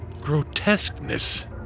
grotesqueness